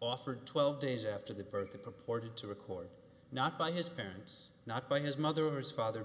offered twelve days after the birth of purported to record not by his parents not by his mother's father